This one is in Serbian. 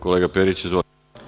Kolega Periću, izvolite.